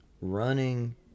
running